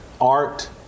Art